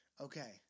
Okay